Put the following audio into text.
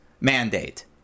mandate